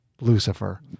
Lucifer